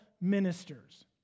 ministers